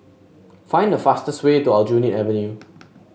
find the fastest way to Aljunied Avenue